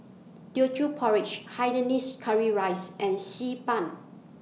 Teochew Porridge Hainanese Curry Rice and Xi Ban